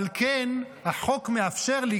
אבל כן החוק מאפשר לי,